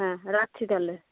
হ্যাঁ রাখছি তাহলে